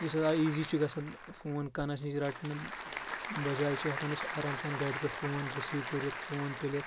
یُس حٕظ آز ایٖزی چھُ گژھان فون کَنس نِش رَٹنہٕ بَجاے چھِ ہؠکان أسۍ آرام سان گَرِ پؠٹھ فون رِسیٖو کٔرِتھ فون تُلِتھ